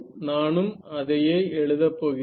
நானும் அதையே எழுதப்போகிறேன்